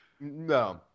No